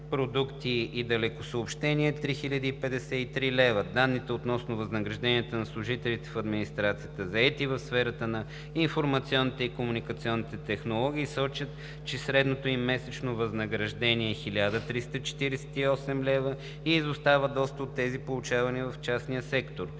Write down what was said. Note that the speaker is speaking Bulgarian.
продукти и далекосъобщения“ е 3053 лв. Данните относно възнагражденията на служителите в администрацията, заети в сферата на информационните и комуникационните технологии, сочат, че средното им месечно възнаграждение е 1348 лв. и изостава доста от тези, получавани в частния сектор.